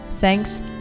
Thanks